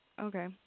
Okay